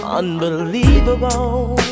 unbelievable